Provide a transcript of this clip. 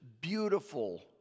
beautiful